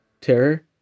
terror